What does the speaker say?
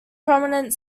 prominent